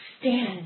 stand